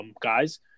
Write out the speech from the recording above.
guys